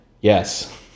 Yes